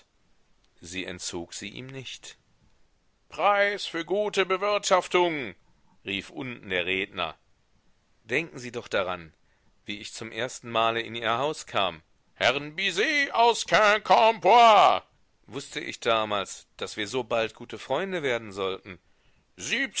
sie entzog sie ihm nicht preis für gute bewirtschaftung rief unten der redner denken sie doch daran wie ich zum ersten male in ihr haus kam herrn bizet aus quincampoix wußte ich damals daß wir so bald gute freunde werden sollten